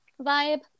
vibe